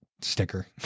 sticker